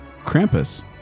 Krampus